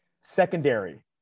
Secondary